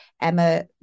Emma